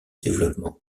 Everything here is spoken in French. développement